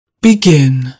Begin